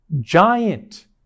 giant